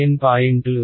N పాయింట్లు